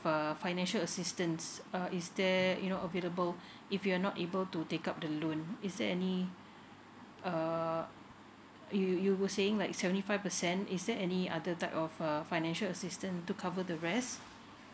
uh financial assistance uh is there you know available if you're not able to take up the loan is there any uh you you were saying like seventy five percent is there any other type of a financial assistance to cover the rest